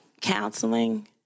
counseling